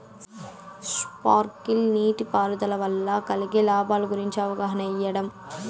Sprinkle నీటిపారుదల వల్ల కలిగే లాభాల గురించి అవగాహన ఇయ్యడం?